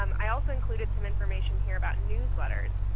um i also included some information here about newsletters.